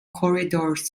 corridors